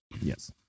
Yes